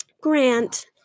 Grant